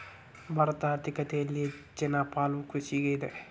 ಭಾರತದ ಆರ್ಥಿಕತೆಯಲ್ಲಿ ಹೆಚ್ಚನ ಪಾಲು ಕೃಷಿಗಿದೆ